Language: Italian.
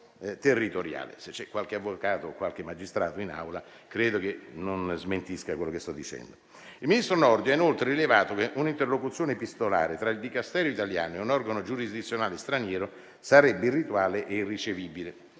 Il ministro Nordio ha inoltre rilevato che un'interlocuzione epistolare tra il Dicastero italiano e un organo giurisdizionale straniero sarebbe irrituale e irricevibile.